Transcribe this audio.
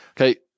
Okay